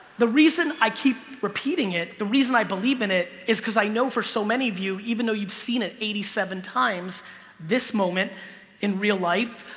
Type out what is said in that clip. the reason i keep repeating it the reason i believe in it is because i know for so many of you even though you've seen it eighty seven times this moment in real life,